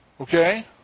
Okay